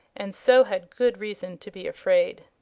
and so had good reason to be afraid.